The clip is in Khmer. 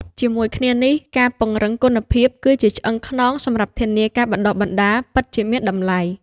ជាមួយគ្នានេះ ការពង្រឹងគុណភាព គឺជាឆ្អឹងខ្នងសម្រាប់ធានាថាការបណ្តុះបណ្តាលពិតជាមានតម្លៃ។